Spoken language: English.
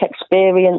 experience